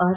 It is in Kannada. ಆರ್